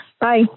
Bye